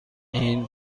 این